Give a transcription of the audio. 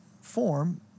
form